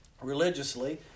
religiously